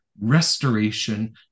restoration